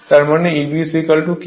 তার মানে Eb K ∅ n হবে